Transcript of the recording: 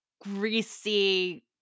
greasy